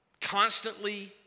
Constantly